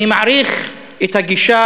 אני מעריך את הגישה